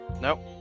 Nope